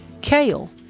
kale